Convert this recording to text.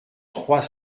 trois